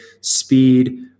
speed